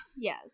yes